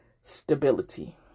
stability